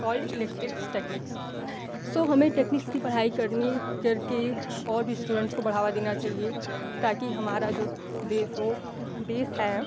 called electrics techniques so हमें techniques की पढ़ाई करनी करके और भी इस्टूडेंट्स को बढ़ावा देना चाहिए ताकि हमारा जो देश हो देश है